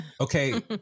Okay